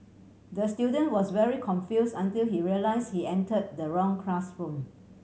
the student was very confuse until he realise he enter the wrong classroom